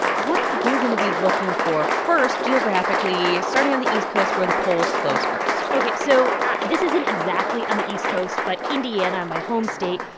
what are you going to be looking for first, geographically starting on the east coast, where the polls close first? ok, so this isn't exactly on the east coast. but indiana, my home state,